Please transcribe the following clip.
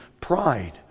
Pride